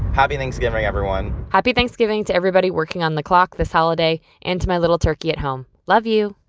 happy thanksgiving, everyone happy thanksgiving to everybody working on the clock this holiday and to my little turkey at home love you